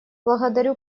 благодарю